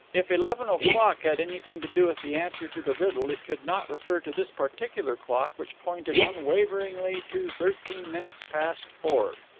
if eleven o'clock had anything to do with the answer to the riddle, it could not refer to this particular clock, which pointed unwaveringly to thirteen minutes past four.